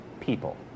people